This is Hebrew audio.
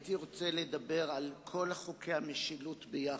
הייתי רוצה לדבר על כל חוקי המשילות ביחד,